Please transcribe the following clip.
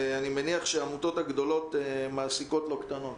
אני מניח שהעמותות הגדולות מעסיקות לא קטנות.